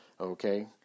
Okay